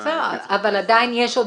בסדר, אבל עדיין יש עוד